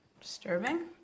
Disturbing